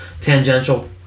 tangential